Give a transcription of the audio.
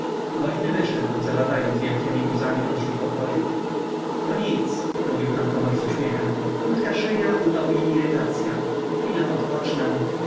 woźny wyszedł zawadzając wielkiemi guzami o drzwi pokoju to nic mówił pan tomasz z uśmiechem krótka szyja upał i irytacya chwilę odpocznę